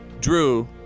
Drew